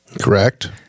Correct